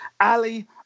Ali